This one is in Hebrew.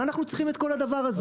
למה אנחנו צריכים את כל הדבר הזה?